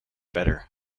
better